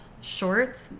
shorts